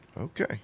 Okay